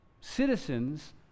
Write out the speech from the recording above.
citizens